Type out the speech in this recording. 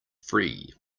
free